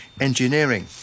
Engineering